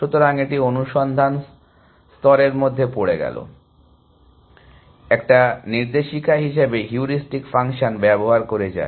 সুতরাং এটি অনুসন্ধান স্তনের মধ্যে পড়ে গেলো একটি নির্দেশিকা হিসাবে হিউরিস্টিক ফাংশন ব্যবহার করে যায়